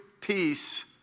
peace